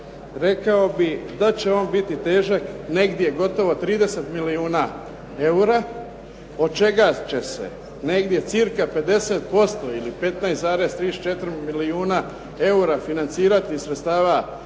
rekao bih da će on biti težak negdje gotovo 30 milijuna eura od čega će se negdje cca. 50% ili 15,34 milijuna eura financirati iz sredstava